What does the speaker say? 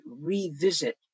revisit